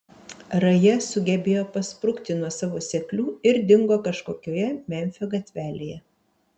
raja sugebėjo pasprukti nuo savo seklių ir dingo kažkokioje memfio gatvelėje